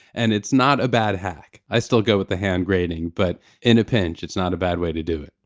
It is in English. and it's not a bad hack. i still go with hand grating, but in a pinch, it's not a bad way to do it.